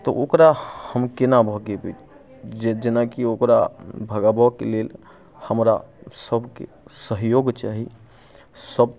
तऽ ओकरा हम केना भगेबै जेना की ओकरा भगाबऽके लेल हमरा सबके सहयोग चाही सब